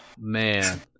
Man